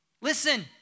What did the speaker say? Listen